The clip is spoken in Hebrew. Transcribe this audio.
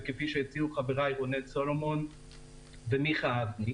וכפי שהציעו חבריי רונן סולומון ומיכה אבני,